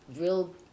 real